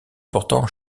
pourtant